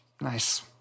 Nice